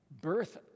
birth